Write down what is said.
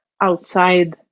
outside